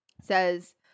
says